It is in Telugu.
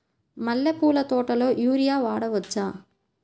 మల్లె పూల తోటలో యూరియా వాడవచ్చా?